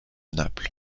naples